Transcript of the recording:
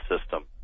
system